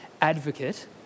advocate